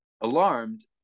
alarmed